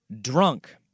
drunk